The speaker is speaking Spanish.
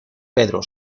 pedro